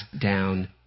down